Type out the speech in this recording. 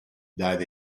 that